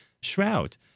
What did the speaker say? shroud